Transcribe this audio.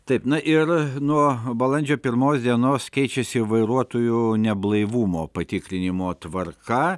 taip na ir nuo balandžio pirmos dienos keičiasi vairuotojų neblaivumo patikrinimo tvarka